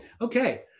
Okay